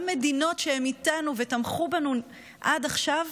גם מדינות שהן איתנו ותמכו בנו עד עכשיו,